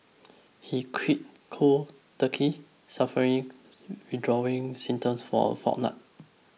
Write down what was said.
he quit cold turkey suffering withdrawal symptoms for a fortnight